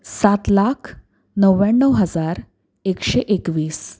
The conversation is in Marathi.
सात लाख नव्व्याण्णव हजार एकशे एकवीस